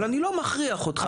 אבל אני לא מכריח אותך,